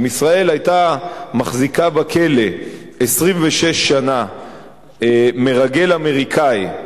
אם ישראל היתה מחזיקה בכלא 26 שנה מרגל אמריקני,